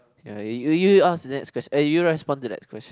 ya you you you ask next question eh you respond to next question